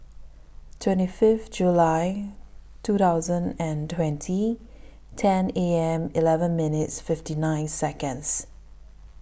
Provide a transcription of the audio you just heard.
twenty five July two thousand and twenty ten A M eleven minutes fifty nine Seconds